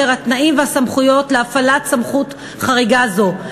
התנאים והסמכויות להפעלת סמכות חריגה זו.